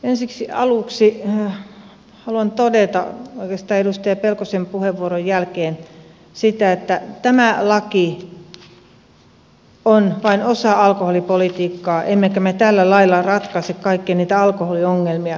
ensiksi aluksi haluan todeta oikeastaan edustaja pelkosen puheenvuoron jälkeen sen että tämä laki on vain osa alkoholipolitiikkaa emmekä me tällä lailla ratkaise kaikkia niitä alkoholiongelmia